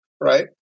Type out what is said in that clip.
right